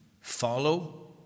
Follow